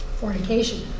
Fornication